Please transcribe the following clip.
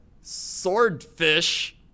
swordfish